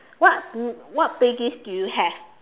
what what playlist do you have